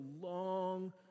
long